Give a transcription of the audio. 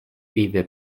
either